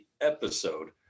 episode